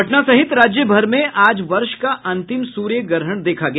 पटना सहित राज्य भर में आज वर्ष का अंतिम सूर्य ग्रहण देखा गया